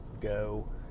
go